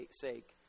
sake